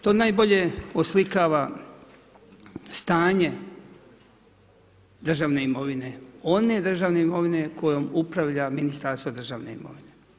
To najbolje oslikava stanje državne imovine, one državne imovine kojoj upravlja Ministarstvo državne imovine.